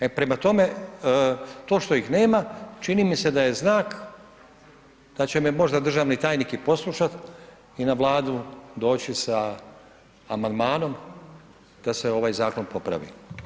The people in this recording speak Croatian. E prema tome to što ih nema čini mi se da je znak da će me možda državni tajnik i poslušat i na Vladu doći sa amandmanom da se ovaj zakon popravi.